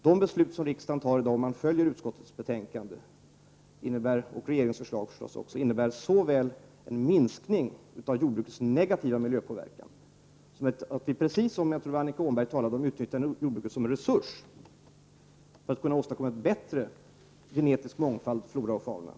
De beslut som fattas i dag, om man följer utskottsbetänkandet och regeringsförslaget, innebär såväl en minskning av jordbrukets negativa miljöpåverkan som ett utnyttjande av jordbruket som en resurs — som Annika Åhnberg talade om — för att åstadkomma en bättre genetisk mångfald i flora och fauna.